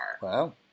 Wow